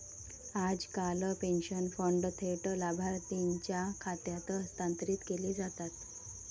आजकाल pension fund थेट लाभार्थीच्या खात्यात हस्तांतरित केले जातात